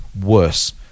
worse